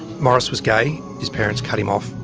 morris was gay, his parents cut him off,